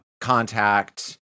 Contact